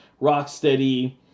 Rocksteady